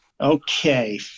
Okay